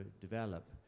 develop